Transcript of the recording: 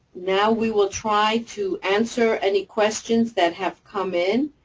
now we will try to answer any questions that have come in.